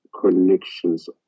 connections